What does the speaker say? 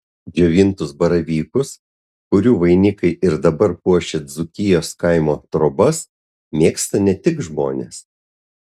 džiovintus baravykus kurių vainikai ir dabar puošia dzūkijos kaimo trobas mėgsta ne tik žmonės